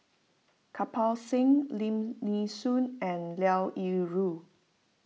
Kirpal Singh Lim Nee Soon and Liao Yingru